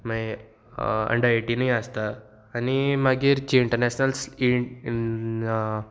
मागीर अंडर एटीनूय आसता आनी मागीर जी इंटरनॅशनल्स इ